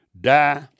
die